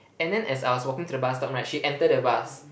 and then as I was walking to the bus stop right she enter the bus